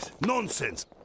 nonsense